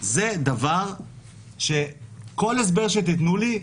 זה דבר שכל הסבר שתתנו לי,